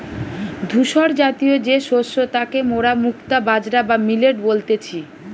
ধূসরজাতীয় যে শস্য তাকে মোরা মুক্তা বাজরা বা মিলেট বলতেছি